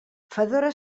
fedora